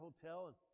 hotel